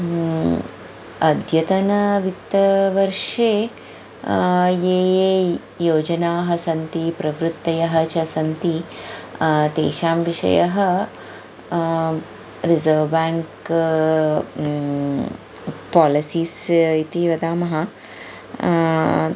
अद्यतनवित्तवर्षे ये ये योजनाः सन्ति प्रवृत्तयः च सन्ति तेषां विषयः रिसर्व् बेङ्क् पालसीस् इति वदामः